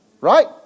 right